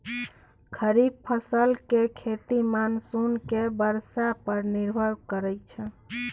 खरीफ फसल के खेती मानसून के बरसा पर निर्भर करइ छइ